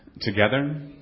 together